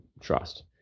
trust